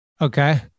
Okay